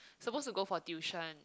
supposed to go for tuition